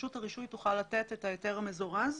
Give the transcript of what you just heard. רשות הרישוי תוכל לתת את ההיתר המזורז.